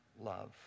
love